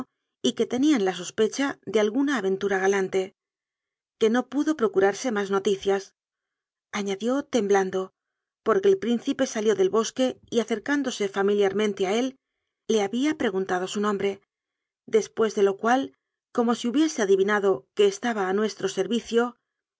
y que tenían la sospecha de alguna aventu ra galante que no pudo procurarse más noticias añadió temblandoporque el príncipe salió del bosque y acercándose familiarmente a él le había preguntado su nombre después de lo cual como si hubiese adivinado que estaba a nuestro servicio